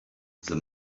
the